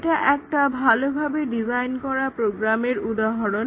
এটা একটা ভালোভাবে ডিজাইন করা প্রোগ্রামের উদাহরণ